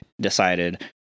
decided